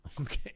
Okay